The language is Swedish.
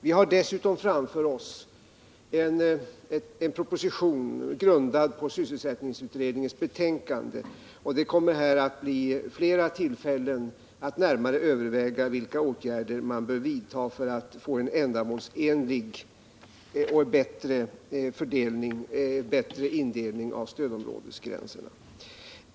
Vi har dessutom framför oss en proposition, grundad på sysselsättningsutredningens betänkande. Det kommer här att bli flera tillfällen att närmare överväga vilka åtgärder man bör vidta för att få en ändamålsenlig och bättre indelning av stödområdena.